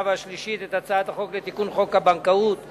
והקריאה השלישית את הצעת חוק הבנקאות (רישוי)